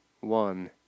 one